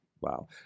Wow